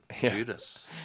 Judas